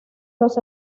los